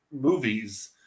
movies